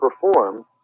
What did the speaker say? perform